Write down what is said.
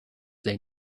they